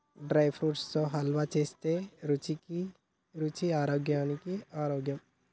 dry fruits తో హల్వా చేస్తే రుచికి రుచి ఆరోగ్యానికి ఆరోగ్యం